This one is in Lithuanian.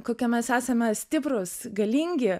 kokie mes esame stiprūs galingi